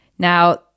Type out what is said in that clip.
Now